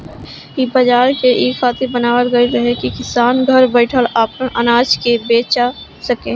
इ बाजार के इ खातिर बनावल गईल रहे की किसान घर बैठल आपन अनाज के बेचा सके